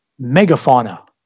megafauna